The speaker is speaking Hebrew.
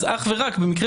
אז אך ורק במקרה